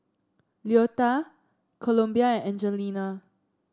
Louetta Columbia and Angelina